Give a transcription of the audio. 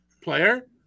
player